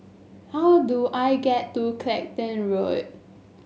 how do I get to Clacton Road